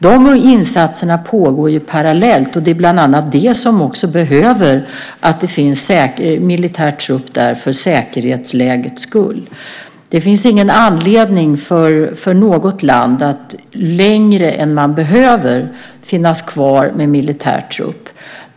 Dessa insatser pågår parallellt. Och det är bland annat därför som det behövs militär trupp där för säkerhetslägets skull. Det finns ingen anledning för något land att finnas kvar med militär trupp längre än man behöver.